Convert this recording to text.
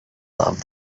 love